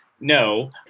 no